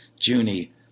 Junie